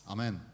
Amen